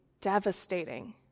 devastating